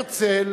הרצל